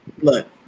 Look